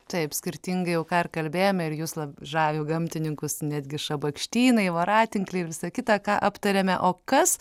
taip skirtingai jau ką kalbėjome ir jus žavi gamtininkus netgi šabakštynai voratinkliai visa kita ką aptarėme o kas